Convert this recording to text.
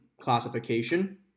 classification